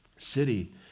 City